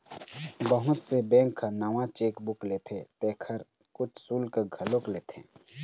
बहुत से बेंक ह नवा चेकबूक देथे तेखर कुछ सुल्क घलोक लेथे